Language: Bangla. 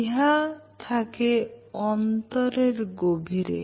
ইহা থাকে অন্তরের গভীরে